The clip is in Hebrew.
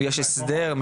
יש הסדר?